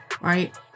right